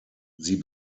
sie